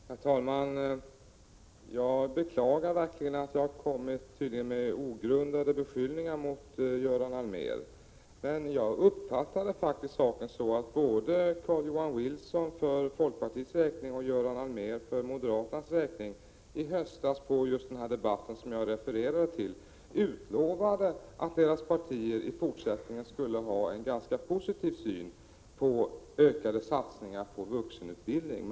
Herr talman! Jag beklagar verkligen att jag tydligen har kommit med ogrundade beskyllningar mot Göran Allmér, men jag uppfattade faktiskt saken så att både Carl-Johan Wilson för folkpartiets räkning och Göran Allmér för moderaternas räkning i höstas, i just den debatt som jag refererade till, utlovade att deras partier i fortsättningen skulle ha en ganska positiv syn på ökade satsningar på vuxenutbildning.